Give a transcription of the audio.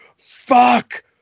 Fuck